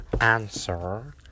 answer